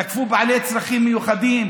תקפו בעלי צרכים מיוחדים.